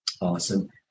Awesome